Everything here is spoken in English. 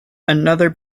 another